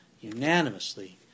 unanimously